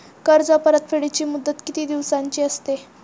कर्ज परतफेडीची मुदत किती दिवसांची असते?